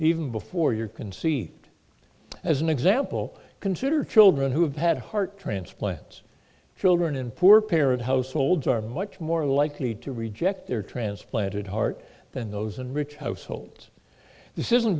even before your conceit as an example consider children who have had heart transplants children in poor parent households are much more likely to reject their transplanted heart than those in rich households